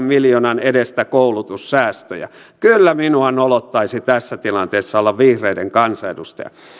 miljoonan edestä koulutussäästöjä kyllä minua nolottaisi tässä tilanteessa olla vihreiden kansanedustaja